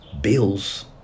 bills